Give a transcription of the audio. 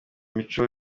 mico